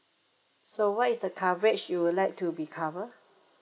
so what is the coverage you would like to be cover